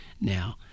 now